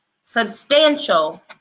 substantial